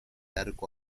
arco